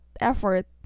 Effort